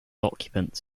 occupants